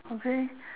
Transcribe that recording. okay